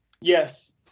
Yes